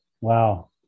Wow